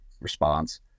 response